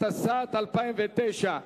התשס"ט 2009,